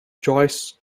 joyce